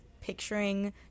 picturing